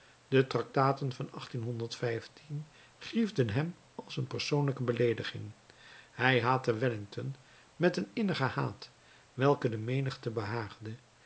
de tractaten van griefden hem als een persoonlijke beleediging hij haatte wellington met een innigen haat welken de menigte behaagde